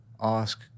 ask